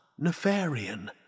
Nefarian